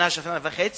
שנה, שנה וחצי,